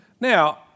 Now